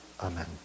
Amen